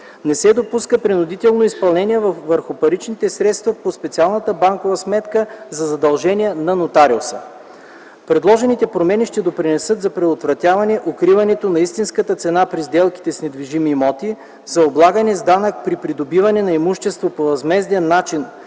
Не се допуска принудително изпълнение върху паричните средства по специалната банкова сметка за задължения на нотариуса. Предложените промени ще допринесат за предотвратяване укриването на истинската цена при сделките с недвижими имоти, за облагане с данък при придобиване на имущество по възмезден начин